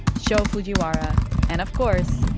sho fujiwara and, of course,